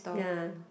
ya